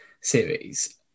series